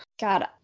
god